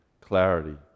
clarity